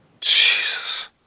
Jesus